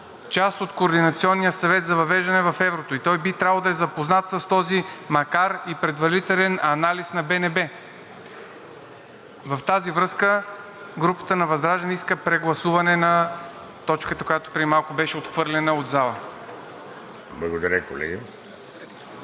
част от Координационния съвет за въвеждане в еврозоната. Той би трябвало да е запознат с този, макар и предварителен, анализ на БНБ. В тази връзка групата на ВЪЗРАЖДАНЕ иска прегласуване на точката, която преди малко беше отхвърлена от залата.